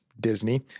Disney